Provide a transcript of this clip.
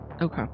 Okay